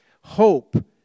hope